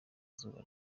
zuba